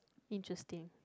interesting